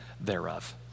thereof